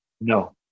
No